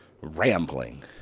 rambling